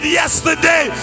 yesterday